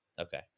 Okay